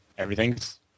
Everything's